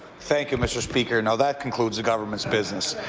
thank you, mr. speaker. now that concludes the government's business.